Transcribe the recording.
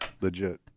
Legit